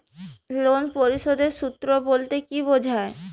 Loan পরিশোধের সূএ বলতে কি বোঝায়?